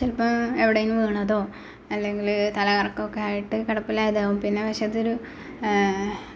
ചിലപ്പം എവിടെ എങ്കിലും വീണതോ അലെങ്കില്ല് തലകറക്കൊക്കെയായിട്ട് കിടപ്പിലായതാവും പിന്നെ പശത്തൊരു